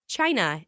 China